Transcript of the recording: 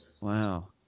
Wow